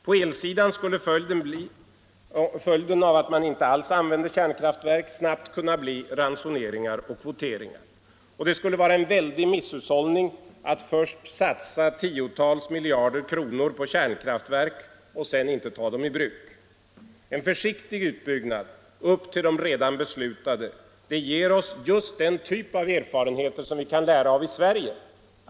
På elsidan skulle följden av att man inte alls använde kärnkraft snabbt kunna bli ransoneringar och kvoteringar, och det skulle vara en väldig misshushållning att först satsa tiotalet miljarder kronor på kärnkraftverk och sedan inte ta dem i bruk. En försiktig utbyggnad upp till det redan beslutade antalet ger oss just den typ av erfarenheter som vi kan lära av i Sverige.